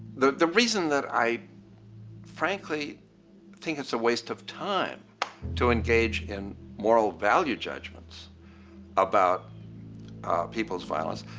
the the reason that i frankly think it's a waste of time to engage in moral value judgments about people's violence.